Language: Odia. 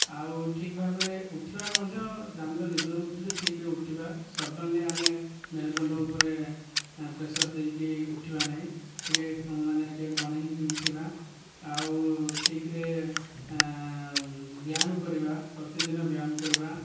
ଆଉ ଠିକ୍ ଭାବରେ ଉଠିବା ମଧ୍ୟ ଆମେ ଯେଉଁ ନିଦରୁ ଉଠୁଛେ ଠିକ୍ରେ ଉଠିବା ସଡନ୍ଲି ଆମେ ମେରୁଦଣ୍ଡ ଉପରେ ପ୍ରେସର ଦେଇକି ଉଠିବା ନାହିଁ ଟିକିଏ ମାନେ ଟିକିଏ କଣେଇ ହୋଇକି ଉଠିବା ଆଉ ଠିକ୍ରେ ବ୍ୟାୟାମ କରିବା ପ୍ରତିଦିନ ବ୍ୟାୟାମ କରିବା